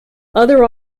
other